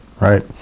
Right